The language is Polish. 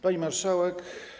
Pani Marszałek!